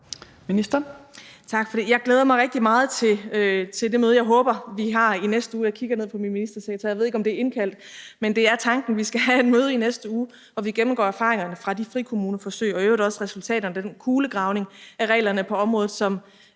Jeg glæder mig rigtig meget til det møde, jeg håber vi har i næste uge. Jeg kigger ned på min ministersekretær, og jeg ved ikke, om det er indkaldt, men det er tanken, at vi skal have et møde i næste uge, hvor vi gennemgår erfaringerne fra de frikommuneforsøg og i øvrigt også resultaterne af den kulegravning af reglerne på området, som